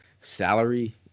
salary